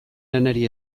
lanari